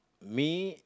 me